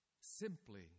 Simply